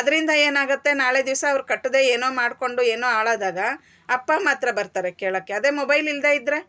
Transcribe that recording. ಅದ್ರಿಂದ ಏನು ಆಗುತ್ತೆ ನಾಳೆ ದಿವ್ಸ ಅವರು ಕಟ್ದೆ ಏನೋ ಮಾಡ್ಕೊಂಡು ಏನೋ ಹಾಳಾದಾಗ ಅಪ್ಪ ಮಾತ್ರ ಬರ್ತಾರೆ ಕೇಳಕ್ಕೆ ಅದೇ ಮೊಬೈಲ್ ಇಲ್ದೆ ಇದ್ರೆ